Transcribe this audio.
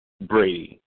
Brady